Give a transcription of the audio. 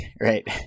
right